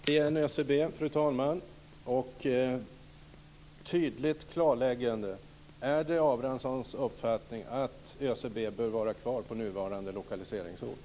Fru talman! Jag vill ha ett tydligt klarläggande: Är det Karl Gustav Abramssons uppfattning att ÖCB bör vara kvar på nuvarande lokaliseringsort?